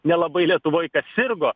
nelabai lietuvoj kas sirgo